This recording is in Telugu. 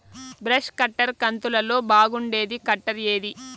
బ్రష్ కట్టర్ కంతులలో బాగుండేది కట్టర్ ఏది?